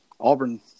Auburn